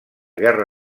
guerra